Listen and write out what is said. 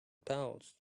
pals